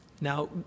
Now